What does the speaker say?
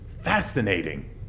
Fascinating